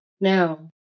no